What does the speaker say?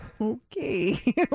okay